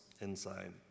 inside